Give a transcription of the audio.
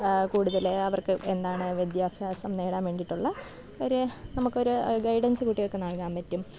കൂടുതൽ അവർക്ക് എന്താണ് വിദ്യാഭ്യാസം നേടാൻ വേണ്ടിയിട്ടുള്ള ഒരു നമുക്ക് ഒരു ഗൈഡൻസ് കുട്ടികൾക്ക് നൽകാൻ പറ്റും